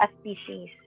species